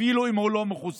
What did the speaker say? אפילו אם הוא לא מחוסן,